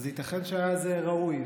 ייתכן שהיה זה ראוי.